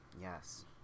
Yes